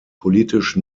politisch